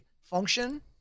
function